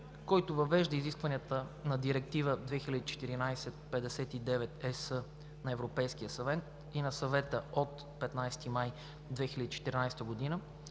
който въвежда изискванията на Директива 2014/59/ЕС на Европейския парламент и на Съвета от 15 май 2014 г.